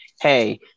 hey